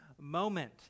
moment